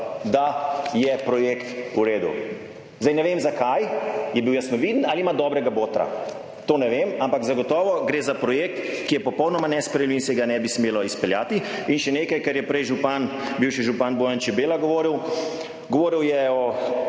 da je projekt v redu. Zdaj ne vem, zakaj, je bil jaz ne viden ali ima dobrega botra. To ne vem, ampak zagotovo gre za projekt, ki je popolnoma nesprejemljiv in se ga ne bi smelo izpeljati. In še nekaj, kar je prej župan, bivši župan Bojan Čebela govoril. Govoril je o